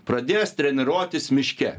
pradės treniruotis miške